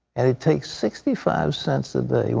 and it takes sixty five cents a day.